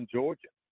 Georgia